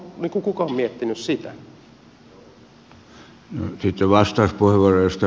onko kukaan miettinyt sitä